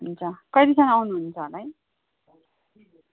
हुन्छ कहिलेसम्म आउनुहुन्छ होला है